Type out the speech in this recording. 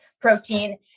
protein